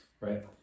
Right